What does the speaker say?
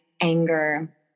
anger